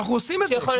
אנחנו עושים את זה.